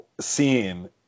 scene